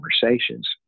conversations